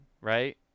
right